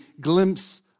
glimpse